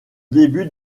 début